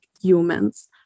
humans